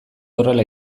horrela